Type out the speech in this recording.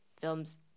films